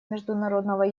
международного